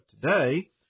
today